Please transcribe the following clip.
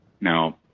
Now